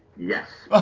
yes.